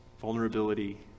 Vulnerability